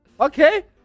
Okay